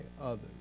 others